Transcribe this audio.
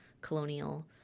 colonial